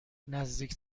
نزدیک